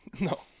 No